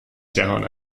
جهان